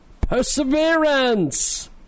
Perseverance